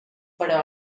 però